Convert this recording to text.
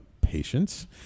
patience